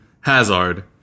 Hazard